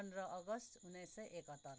पन्ध्र अगस्ट उन्नाइस सय एकहत्तर